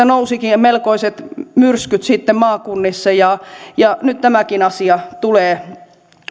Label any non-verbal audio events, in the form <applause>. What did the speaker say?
<unintelligible> nousivatkin melkoiset myrskyt maakunnissa ja ja nyt tämäkin asia tulee